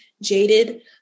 jaded